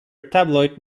tabloid